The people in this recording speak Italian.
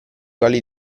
valli